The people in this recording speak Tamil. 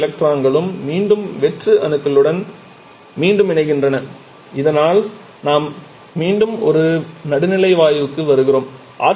அனைத்து எலக்ட்ரான்களும் மீண்டும் வெற்று அணுக்களுடன் மீண்டும் இணைகின்றன இதனால் நாம் மீண்டும் ஒரு நடுநிலை வாயுவுக்கு வருகிறோம்